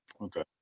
Okay